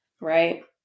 Right